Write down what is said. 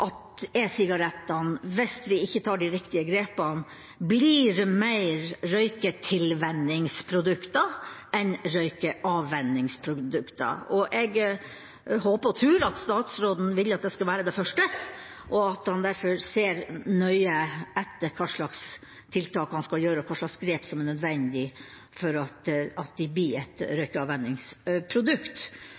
at e-sigarettene, hvis vi ikke tar de riktige grepene, blir mer røyketilvenningsprodukter enn røykeavvenningsprodukter. Jeg håper og tror at statsråden ikke vil at det skal være det første og at han derfor ser nøye etter hva slags tiltak han skal gjøre og hva slags grep som er nødvendig for at de blir et